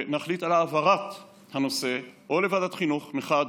נחליט על העברת הנושא או לוועדת חינוך מחד,